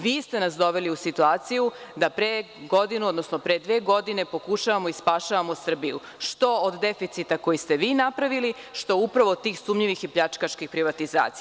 Vi ste nas doveli u situaciju da pre godinu, odnosno pre dve godine pokušavamo i spašavamo Srbiju, što od deficita koji ste vi napravili, što upravo tih sumnjivih i pljačkaških privatizacija.